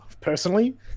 personally